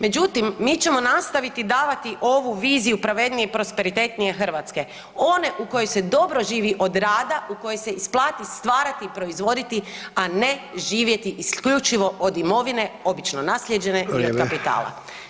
Međutim, mi ćemo nastaviti davati ovu viziju pravednije i prosperitetnije Hrvatske, one u kojoj se dobro živi od rada u kojoj se isplati stvarati i proizvoditi, a ne živjeti isključivo od imovine, obično naslijeđene [[Upadica: Vrijeme.]] i od kapitala.